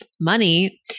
money